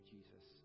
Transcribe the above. Jesus